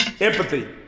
empathy